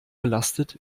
belastet